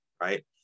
right